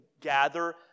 gather